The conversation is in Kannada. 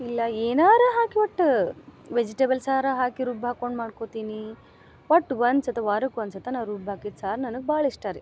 ಇಲ್ಲ ಏನಾರ ಹಾಕಿ ಒಟ್ಟ ವೆಜಿಟೇಬಲ್ ಸಾರು ಹಾಕಿ ರುಬ್ಬಿ ಹಾಕೊಂಡು ಮಾಡ್ಕೊತೀನಿ ಒಟ್ಟು ಒನ್ಸತ ವಾರಕ್ಕೆ ಒನ್ಸತೆನ ರುಬ್ಬಾಕಿದ್ದ ಸಾರು ನನಗೆ ಭಾಳ ಇಷ್ಟ ರೀ